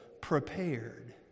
prepared